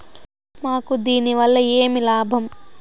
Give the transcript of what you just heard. మాకు దీనివల్ల ఏమి లాభం